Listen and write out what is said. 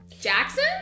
jackson